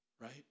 right